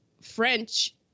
French